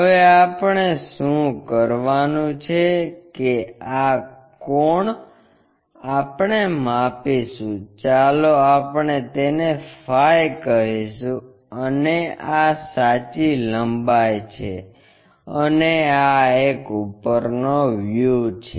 હવે આપણે શું કરવાનું છે કે આ કોણ આપણે માપીશું ચાલો આપણે તેને ફાઇ કહીશું અને આ સાચી લંબાઈ છે અને આ એક ઉપરનો વ્યુ છે